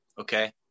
Okay